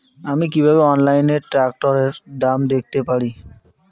আমি কিভাবে অনলাইনে ট্রাক্টরের দাম দেখতে পারি?